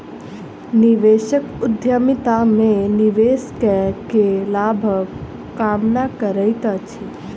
निवेशक उद्यमिता में निवेश कअ के लाभक कामना करैत अछि